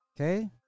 Okay